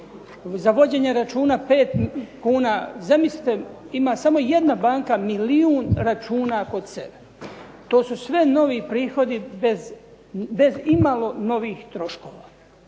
Za vođenje računa 5 kn. Zamislite ima samo jedna banka milijun računa kod sebe. To su sve novi prihodi bez imalo novih troškova.